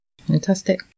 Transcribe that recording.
Fantastic